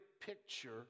picture